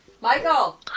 Michael